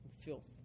filth